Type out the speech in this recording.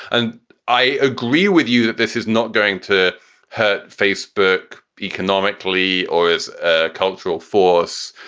and i agree with you that this is not going to hurt facebook economically or is a cultural force.